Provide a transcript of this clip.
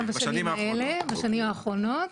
ניתחת,